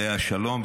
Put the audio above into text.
עליה השלום,